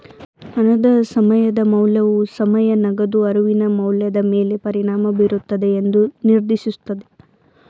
ಹಣದ ಸಮಯದ ಮೌಲ್ಯವು ಸಮಯ ನಗದು ಅರಿವಿನ ಮೌಲ್ಯದ ಮೇಲೆ ಪರಿಣಾಮ ಬೀರುತ್ತದೆ ಎಂದು ನಿರ್ದೇಶಿಸುತ್ತದೆ